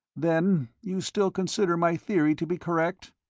then you still consider my theory to be correct?